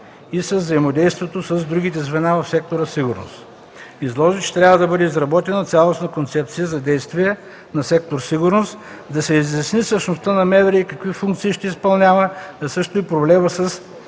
и с взаимодействието им с други звена в сектор „Сигурност”. Изложи, че трябва да бъде изработена цялостна концепция за действие на сектор „Сигурност”, да се изясни същността на МВР и какви функции ще изпълнява, а също и проблемът с